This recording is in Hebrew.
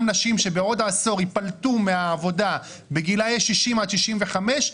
נשים שבעוד עשור ייפלטו מהעבודה בגילאי 65-60,